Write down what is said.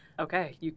okay